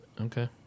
Okay